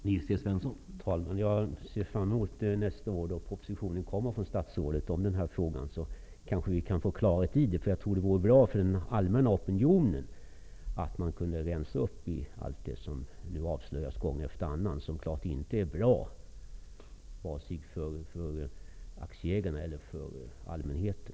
Herr talman! Jag ser fram emot när propositionen i den här frågan kommer nästa år från statsrådet. Vi kan kanske få klarhet då. Med tanke på den allmänna opinionen tror jag att det vore bra att rensa upp bland allt det som nu avslöjas gång efter annan, och som inte är bra vare sig för aktieägarna eller för allmänheten.